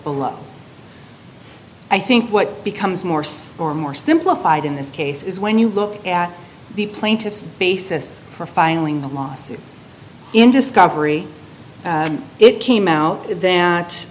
i think what becomes more or more simplified in this case is when you look at the plaintiff's basis for filing the lawsuit in discovery it came out